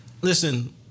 listen